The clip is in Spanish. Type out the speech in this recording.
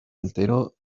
entero